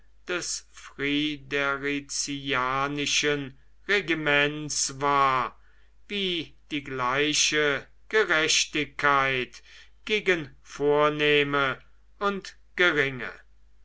des friderizianischen regiments war wie die gleiche gerechtigkeit gegen vornehme und geringe